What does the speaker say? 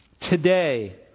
today